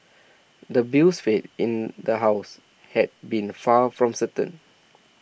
the bill's fate in the House had been far from certain